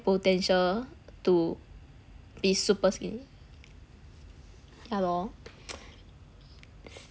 potential to be super thin yeah lor